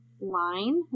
line